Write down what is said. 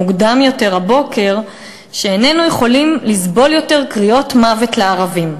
מוקדם יותר הבוקר שאיננו יכולים לסבול יותר קריאות "מוות לערבים".